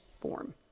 form